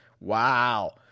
Wow